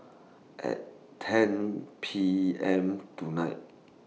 At ten P M tonight